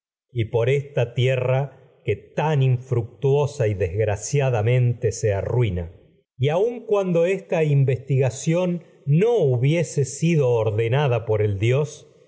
y por cumpliréis esta tierra mandato mi mismo por el dios y que tan aun infructuosa esta desgraciadamente no se arruina y cuando investigación hubiese sido ordena da por el dios